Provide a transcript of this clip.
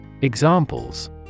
Examples